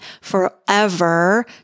forever